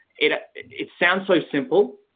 it ah it sounds so simple,